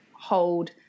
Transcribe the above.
hold